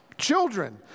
Children